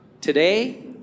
Today